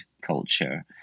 culture